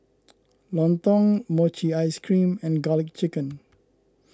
Lontong Mochi Ice Cream and Garlic Chicken